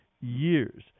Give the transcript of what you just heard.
years